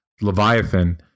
Leviathan